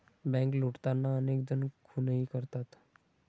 bank लुटताना अनेक जण खूनही करतात